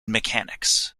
mechanics